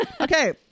Okay